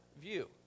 view